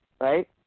right